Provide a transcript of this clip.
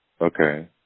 Okay